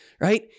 right